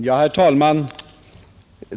Herr talman!